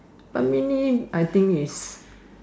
but mainly I think is